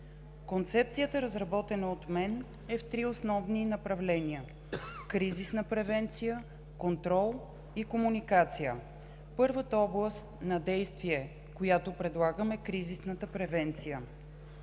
Концепцията, разработена от мен, е в три основни направления: кризисна превенция, контрол и комуникация. Първата област на действие, която предлагам, е кризисната превенция.